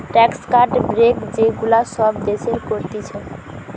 tax cut, break যে গুলা সব দেশের করতিছে